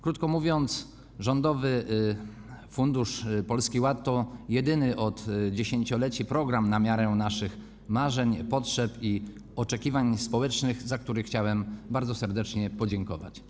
Krótko mówiąc, Rządowy Fundusz Polski Ład to jedyny od dziesięcioleci program na miarę naszych marzeń, potrzeb i oczekiwań społecznych, za który chciałbym bardzo serdecznie podziękować.